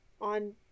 on